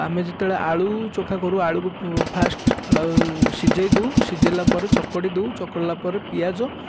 ଆମେ ଯେତେବେଳେ ଆଳୁ ଚୋଖା କରୁ ଆଳୁକୁ ଫାଷ୍ଟ ସିଝାଇ ଦଉ ସିଝାଇଲା ପରେ ଚକଡ଼ି ଦେଉ ଚକଡ଼ିଲା ପରେ ପିଆଜ